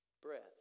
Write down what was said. breath